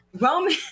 Roman